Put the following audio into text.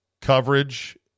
coverage